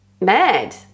mad